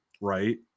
right